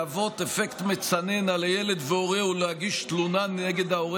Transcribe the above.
להוות אפקט מצנן על הילד וההורה אם להגיש תלונה נגד ההורה